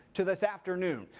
to this afternon.